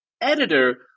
editor